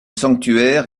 sanctuaire